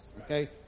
Okay